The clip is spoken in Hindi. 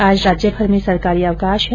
आज राज्यभर में सरकारी अवकाश है